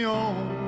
on